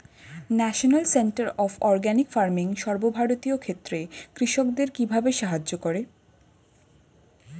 National centre of organic farming সর্বভারতীয় ক্ষেত্রে কৃষকদের কিভাবে সাহায্য করে?